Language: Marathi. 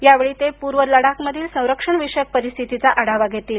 यावेळी ते पूर्व लडाख मधील संरक्षण विषयक परिस्थितीचा आढावा घेतील